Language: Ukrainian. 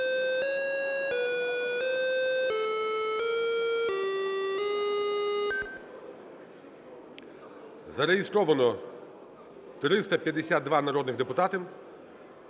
Зареєстровано 352 народні депутати.